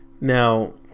Now